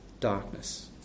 darkness